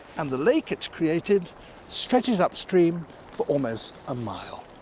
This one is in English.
and the lake it's created stretches upstream for almost a mile.